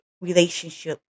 relationship